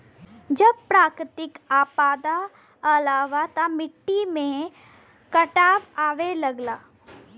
जब प्राकृतिक आपदा आवला त मट्टी में कटाव आवे लगला